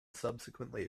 subsequently